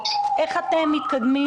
התוכנית צריכה להכיל נזילות למשק,